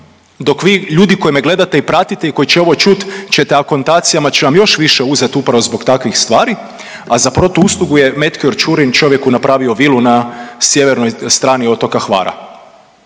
dok vi ljudi koji me gledate i pratite i koji će ovo čuti ćete akontacijama će vam još više uzeti upravo zbog takvih stvari, a protuuslugu je Metkior Ćurina čovjeku napravio vilu na sjevernoj strani otoka Hvara.